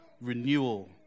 renewal